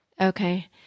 Okay